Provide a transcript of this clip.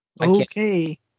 Okay